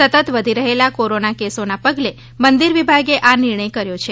સતત વધી રહેલા કોરોના કેસોના પગલે મંદીર વિભાગે આ નિણર્ય કર્યો છે